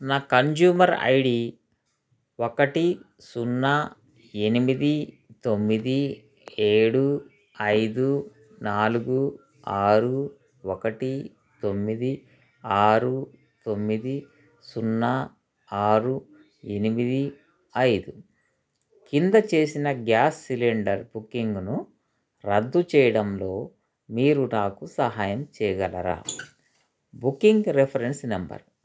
నా consumer I D ఒకటి సున్నా ఎనిమిది తొమ్మిది ఏడు ఐదు నాలుగు ఆరు ఒకటి తొమ్మిది ఆరు తొమ్మిది సున్నా ఆరు ఎనిమిది ఐదు కింద చేసిన గ్యాస్ సిలిండర్ బుకింగ్ను రద్దు చేయడంలో మీరు నాకు సహాయం చేయగలరా బుకింగ్ రిఫరెన్స్ నెంబర్